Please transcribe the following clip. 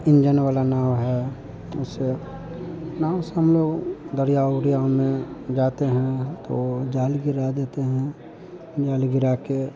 engine वाली नाव है उससे नाव से हम लोग दरिया उरिया में जाते हैं तो जाल गिरा देते हैं जाल गिराकर